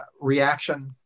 reaction